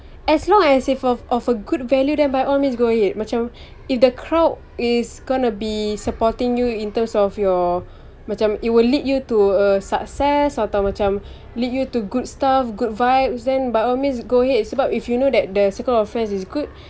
as long as it's of of a good value then by all means go ahead macam if the crowd is gonna be supporting you in terms of your macam it will lead you to a success atau macam lead you to good stuff good vibes then by all means go ahead sebab if you know the circle of friends is good